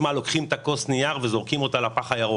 לוקחים את כוס הנייר וזורקים אותה לפח הירוק.